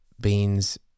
beans